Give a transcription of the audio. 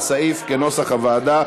זה על הסעיף כנוסח הוועדה,